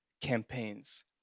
campaigns